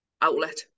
outlet